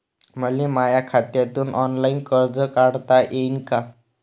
मले माया खात्यातून ऑनलाईन कर्ज काढता येईन का?